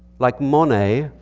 like monet,